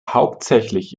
hauptsächlich